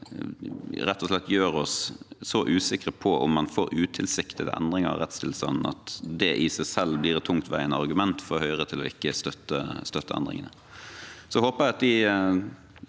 rett og slett gjør oss så usikre på om man får utilsiktede endringer i rettstilstanden, at det i seg selv blir et tungtveiende argument for Høyre til ikke å støtte endringene. Jeg håper at de